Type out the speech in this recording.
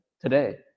today